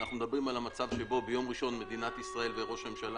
אנחנו מדברים על המצב שבו ביום ראשון מדינת ישראל וראש הממשלה